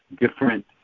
different